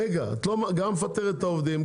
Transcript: את גם מפטרת את העובדים,